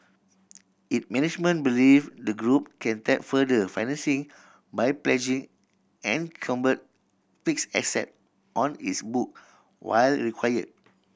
it management believe the group can tap further financing by pledging encumbered fixed asset on its book while required